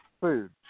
food